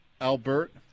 Albert